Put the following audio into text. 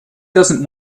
doesn’t